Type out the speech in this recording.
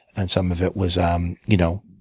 and some of it was um you know